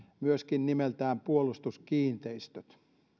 myöskin nimeltään puolustuskiinteistöt